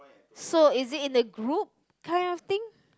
so is it in a group kind of thing